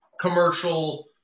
commercial